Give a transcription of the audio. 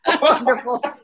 wonderful